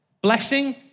Blessing